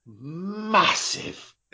massive